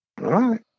right